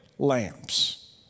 lamps